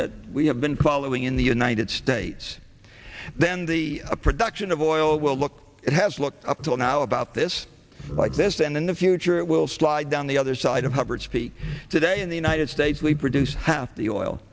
that we have been following in the united states then the production of oil will look it has look up till now about this like this and in the future it will slide down the other side of hubbert's peak today in the united states we produce half the oil